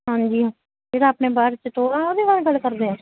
ਹਾਂਜੀ ਜਿਹੜਾ ਆਪਣੇ ਬਾਹਰ ਚ ਟੋਆ ਆ ਉਹਦੇ ਬਾਰੇ ਗੱਲ ਕਰਦੇ ਹਾਂ